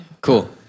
Cool